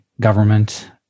government